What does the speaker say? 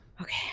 okay